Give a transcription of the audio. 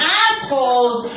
assholes